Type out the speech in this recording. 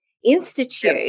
Institute